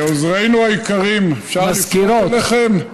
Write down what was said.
עוזרינו היקרים, אפשר לפנות אליכם?